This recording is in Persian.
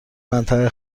منطقه